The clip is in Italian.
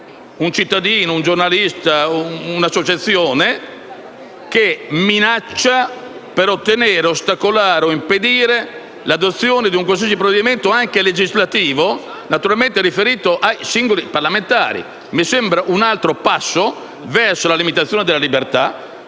un cittadino, un giornalista, un'associazione che minaccia per ottenere, ostacolare o impedire l'adozione di un qualsiasi provvedimento, anche legislativo, riferito a singoli parlamentari. Mi sembra un altro passo verso la limitazione della libertà.